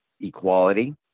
equality